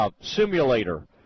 simulator